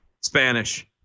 Spanish